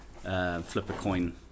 flip-a-coin